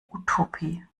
utopie